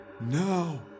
Now